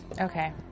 Okay